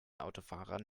autofahrern